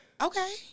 Okay